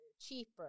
cheaper